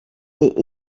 est